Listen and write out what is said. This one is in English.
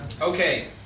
Okay